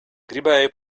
gribēju